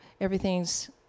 everything's